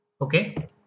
Okay